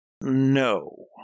No